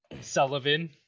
Sullivan